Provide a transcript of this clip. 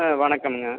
ஆ வணக்கம்ங்க